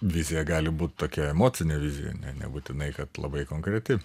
vizija gali būt tokia emocinė vizija nebūtinai kad labai konkreti